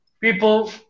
people